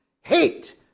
hate